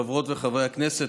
חברות וחברי הכנסת,